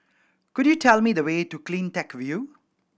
could you tell me the way to Cleantech View